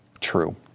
true